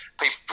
People